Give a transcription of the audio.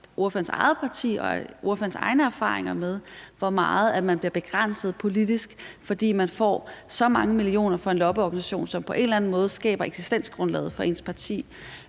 ordførerens eget parti og ordførerens egne erfaringer med, hvor meget man bliver begrænset politisk, fordi man får så mange millioner fra en lobbyorganisation, som på en eller anden måde skaber eksistensgrundlaget for ens parti